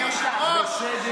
אני ממשיך בסדר-היום.